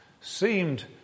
seemed